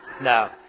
No